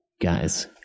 guys